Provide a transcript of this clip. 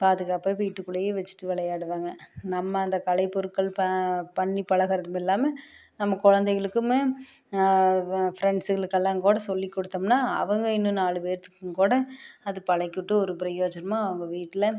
பாதுகாப்பாக வீட்டுக்குள்ளேயே வச்சுட்டு விளையாடுவாங்க நம்ம அந்த கலைப்பொருட்கள் ப பண்ணி பழகுறதுமில்லாமல் நம்ம குழந்தைங்களுக்குமே ப ஃப்ரெண்ட்ஸ்ங்களுக்கெல்லாம் கூட சொல்லி கொடுத்தோம்னா அவங்க இன்னும் நாலு பேர்த்துக்கும் கூட அது பழக்கிவிட்டு ஒரு பிரயோஜனமாக அவங்க வீட்டில்